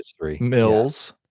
Mills